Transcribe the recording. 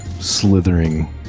slithering